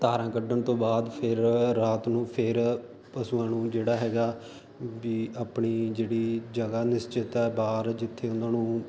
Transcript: ਧਾਰਾਂ ਕੱਢਣ ਤੋਂ ਬਾਅਦ ਫਿਰ ਰਾਤ ਨੂੰ ਫਿਰ ਪਸ਼ੂਆਂ ਨੂੰ ਜਿਹੜਾ ਹੈਗਾ ਵੀ ਆਪਣੀ ਜਿਹੜੀ ਜਗ੍ਹਾ ਨਿਸ਼ਚਿਤ ਹੈ ਬਾਹਰ ਜਿੱਥੇ ਉਹਨਾਂ ਨੂੰ